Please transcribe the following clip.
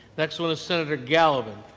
next one is senator gallivan,